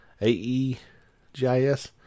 A-E-G-I-S